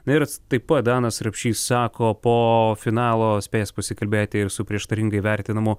ir taip pat danas rapšys sako po finalo spėjęs pasikalbėti ir su prieštaringai vertinamu